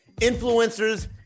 influencers